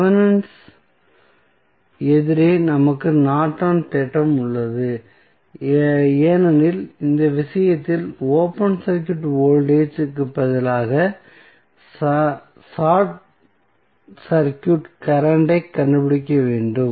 Thevenin's எதிரே நமக்கு நார்டனின் தேற்றம் உள்ளது ஏனெனில் இந்த விஷயத்தில் ஓபன் சர்க்யூட் வோல்டேஜ் இற்கு பதிலாக சர்க்யூட் கரண்ட் ஐ நாம் கண்டுபிடிக்க வேண்டும்